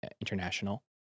international